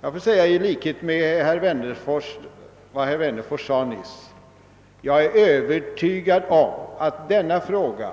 Jag får säga på samma sätt som herr Wennerfors sade nyss: Jag är övertygad om att denna fråga